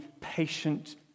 patient